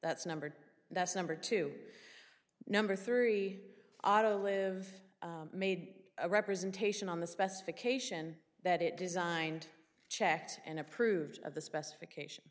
that's numbered that's number two number three auto live made a representation on the specification that it designed checked and approved of the specification